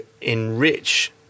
enrich